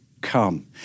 come